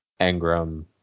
Engram